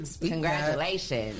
Congratulations